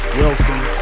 welcome